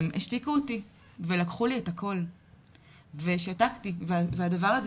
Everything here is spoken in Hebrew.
השתיקו אותי ולקחו לי את הקול ושתקתי והדבר הזה